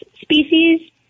species